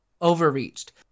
overreached